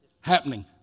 happening